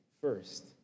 first